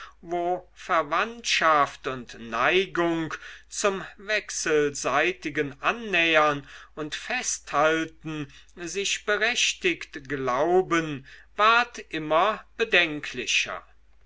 verwandtschaft und neigung zum wechselseitigen annähern und festhalten sich berechtigt glauben ward immer bedenklicher